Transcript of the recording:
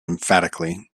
emphatically